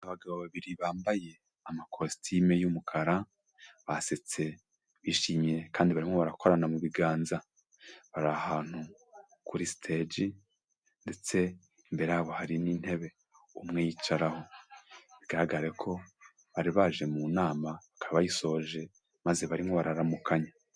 Abagabo babiri bambaye amakositime y'umukara basetse bishimye kandi barimo barakorana mu biganza, bari ahantu kuri sitegi ndetse imbere yabo hari n'intebe umwe yicaraho, bigaragare ko bari baje mu nama bakaba bayisoje maze barimo bararamukanya.